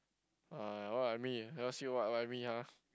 uh what I mean never see what what I mean ah